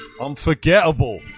Unforgettable